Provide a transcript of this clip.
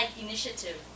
initiative